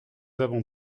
avons